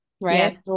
right